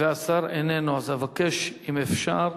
והשר איננו, אז אבקש אם אפשר